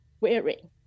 wearing